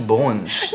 Bones